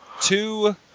two